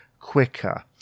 quicker